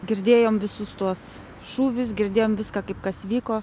girdėjom visus tuos šūvius girdėjom viską kaip kas vyko